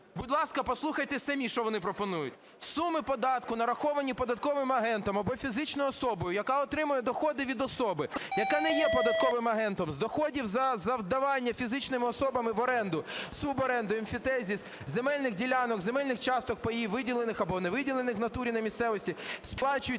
Будь ласка, послухайте самі, що вони пропонують. "Суми податку, нараховані податковим агентом або фізичною особою, яка отримує доходи від особи, яка не є податковим агентом, з доходів за здавання фізичними особами в оренду, суборенду, емфітевзис земельних ділянок, земельних часток (паїв), виділених або не виділених в натурі на місцевості, сплачуються